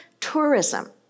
tourism